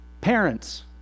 Parents